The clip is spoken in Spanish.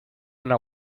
una